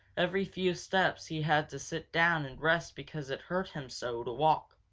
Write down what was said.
every few steps he had to sit down and rest because it hurt him so to walk.